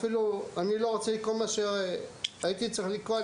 אני אפילו לא רוצה לקרוא את מה שהייתי צריך לקרוא,